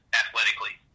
athletically